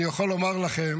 אני יכול לומר לכם